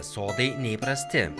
sodai neįprasti